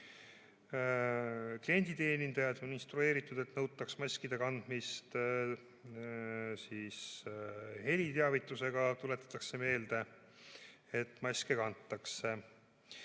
Klienditeenindajaid on instrueeritud, et nõutaks maskide kandmist, eriteavitusega tuletatakse meelde, et maske tuleb